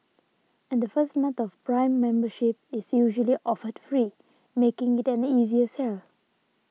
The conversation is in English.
and the first month of Prime membership is usually offered free making it an easier sell